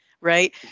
right